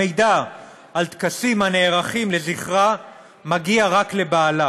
המידע על טקסים הנערכים לזכרה מגיע רק לבעלה,